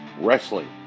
wrestling